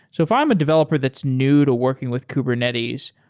so if i'm a developer that's new to working with kubernetes,